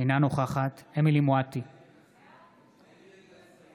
אינה נוכחת אמילי חיה מואטי,